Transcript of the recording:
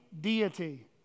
deity